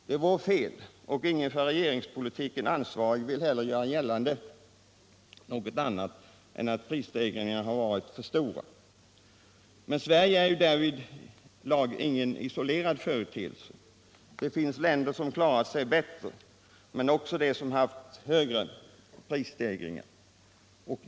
Det vore fel att göra gällande något annat — och ingen för regeringspolitiken ansvarig vill heller göra det — än att prisstegringarna har varit för stora. Men Sverige är ju därvidlag ingen isolerad företeelse. Det finns länder som klarat sig bättre, men också länder som haft högre prisstegringar.